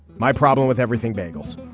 my problem with everything bagels.